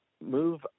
move